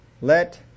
Let